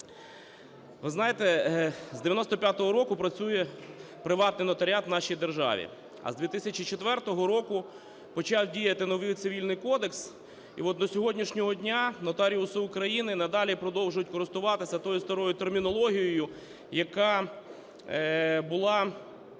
Ви знаєте, з 1995 року працює приватний нотаріат в нашій державі, а з 2004 року почав діяти новий Цивільний кодекс. І от до сьогоднішнього дня нотаріуси України надалі продовжують користуватися тою старою термінологією, яка була